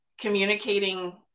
communicating